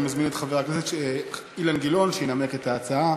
אני מזמין את חבר הכנסת אילן גילאון שינמק את ההצעה,